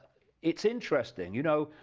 it's interesting you know,